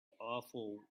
awful